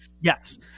yes